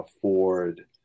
afford